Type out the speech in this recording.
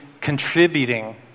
contributing